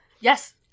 Yes